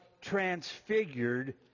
transfigured